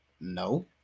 no